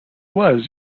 was